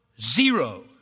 zero